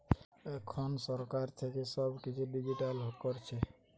এখন সরকার থেকে সব কিছু ডিজিটাল করছে